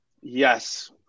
Yes